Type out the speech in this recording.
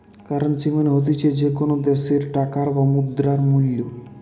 currency মানে হতিছে যে কোনো দ্যাশের টাকার বা মুদ্রার মূল্য